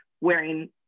wearing